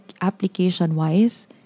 application-wise